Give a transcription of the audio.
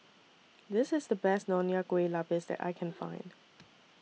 This IS The Best Nonya Kueh Lapis that I Can Find